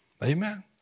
Amen